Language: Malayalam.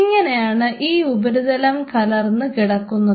ഇങ്ങനെയാണ് ഈ ഉപരിതലം കലർന്ന കിടക്കുന്നത്